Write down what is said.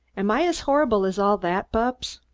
am i as horrible as all that, bupps?